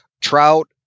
trout